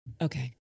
Okay